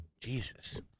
Jesus